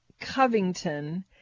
Covington